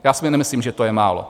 Já si nemyslím, že to je málo.